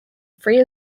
free